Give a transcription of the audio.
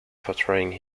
portraying